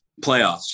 playoffs